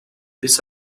this